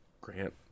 Grant